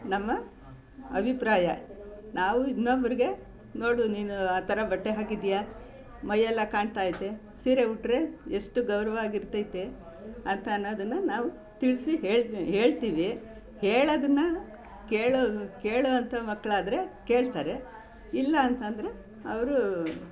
ನಮ್ಮ ಅಭಿಪ್ರಾಯ ನಾವು ಇನ್ನೊಬ್ಬರಿಗೆ ನೋಡು ನೀನು ಆ ಥರ ಬಟ್ಟೆ ಹಾಕಿದೀಯ ಮೈಯೆಲ್ಲ ಕಾಣ್ತೈತೆ ಸೀರೆ ಉಟ್ಟರೆ ಎಷ್ಟು ಗೌರವವಾಗಿ ಇರ್ತೈತೆ ಅಂತ ಅನ್ನೊದನ್ನು ನಾವು ತಿಳಿಸಿ ಹೇಳಿ ಹೇಳ್ತೀವಿ ಹೇಳೋದನ್ನು ಕೇಳೋ ಕೇಳೋವಂಥ ಮಕ್ಕಳಾದ್ರೆ ಕೇಳ್ತಾರೆ ಇಲ್ಲ ಅಂತಂದರೆ ಅವರು